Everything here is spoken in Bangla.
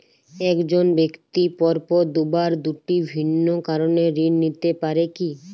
এক জন ব্যক্তি পরপর দুবার দুটি ভিন্ন কারণে ঋণ নিতে পারে কী?